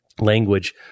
language